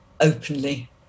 openly